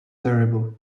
terrible